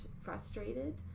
frustrated